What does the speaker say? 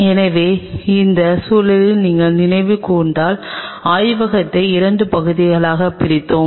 எனவே அந்த சூழலில் நீங்கள் நினைவு கூர்ந்தால் ஆய்வகத்தை 2 பகுதிகளாகப் பிரித்தோம்